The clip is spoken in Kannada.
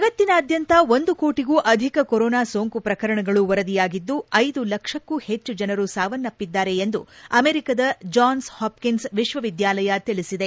ಜಗತ್ತಿನಾದ್ಯಂತ ಒಂದು ಕೋಟಗೂ ಅಧಿಕ ಕೊರೊನಾ ಸೋಂಕು ಪ್ರಕರಣಗಳು ವರದಿಯಾಗಿದ್ದು ಐದು ಲಕ್ಷಕ್ಕೂ ಹೆಚ್ಚು ಜನರು ಸಾವನ್ನಪ್ಪಿದ್ದಾರೆ ಎಂದು ಅಮೆರಿಕದ ಜಾನ್ಸ್ ಹಾಪ್ಕಿನ್ಸ್ ವಿಶ್ವವಿದ್ಯಾಲಯ ತಿಳಿಸಿದೆ